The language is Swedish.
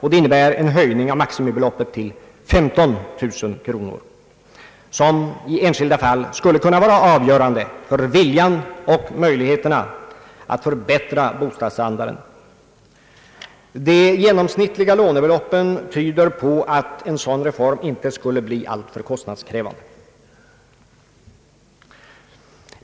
Detta innebär en höjning av maximibeloppet till 15 000 kronor, som i en del fall skulle kunna vara avgörande för viljan och möjligheten att förbättra bostadsstandarden. De genomsnittliga Jlånebeloppen tyder på att en sådan reform inte skulle bli alltför kostnadskrävande.